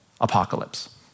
apocalypse